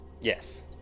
Yes